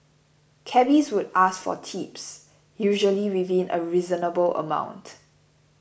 cabbies would ask for tips usually within a reasonable amount